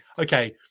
Okay